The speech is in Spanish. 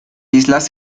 islas